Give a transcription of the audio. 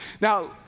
Now